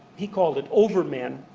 he called it overmen,